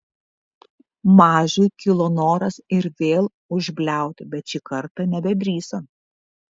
mažiui kilo noras ir vėl užbliauti bet šį kartą nebedrįso